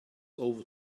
over